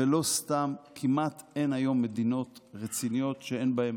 ולא סתם כמעט אין היום מדינות רציניות שאין בהן